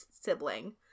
sibling